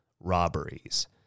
robberies